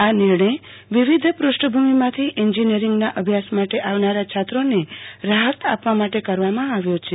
આ નિર્ણય વિવિધ પષ્ટભૂમિમાંથી અન્જીનોયરોંગના અભ્યાસ માટે આવનારા છાત્રોને રાહત આપવા માટે કરવામા આવ્યો છે